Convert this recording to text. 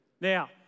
Now